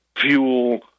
fuel